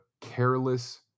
careless